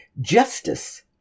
justice